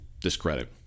discredit